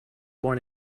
born